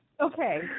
Okay